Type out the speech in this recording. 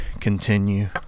continue